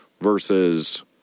versus